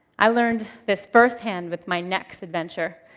i learned this firsthand with my next adventure.